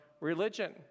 religion